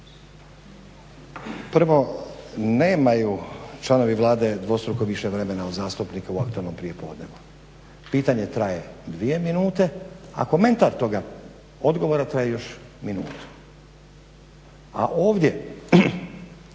Prvo, nemaju članovi Vlade dvostruko više vremena od zastupnika u aktualnom prijepodnevu. Pitanje traje dvije minute, a komentar toga odgovora traje još minutu. A ovdje